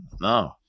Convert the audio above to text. No